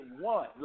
one